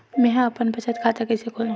मेंहा अपन बचत खाता कइसे खोलव?